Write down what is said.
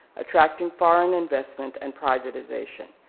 attracting foreign investment, and privitization,